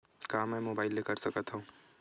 का मै मोबाइल ले कर सकत हव?